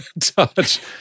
Touch